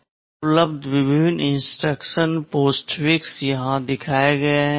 अब उपलब्ध विभिन्न इंस्ट्रक्शन पोस्टफिक्स यहाँ दिखाए गए हैं